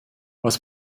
was